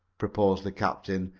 proposed the captain,